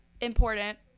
important